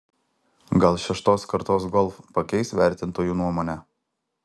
gal šeštos kartos golf pakeis vertintojų nuomonę